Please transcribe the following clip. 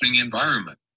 environment